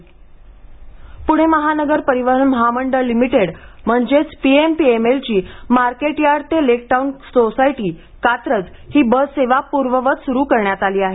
PMPML Pune महानगरपरिवहन महामंडळ limited म्हणजेच पीएमपीएमएलची मार्केटयार्ड ते लेक टाऊन सोसायटी कात्रज ही बससेवा पूर्ववत सुरू करण्यात आली आहे